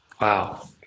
Wow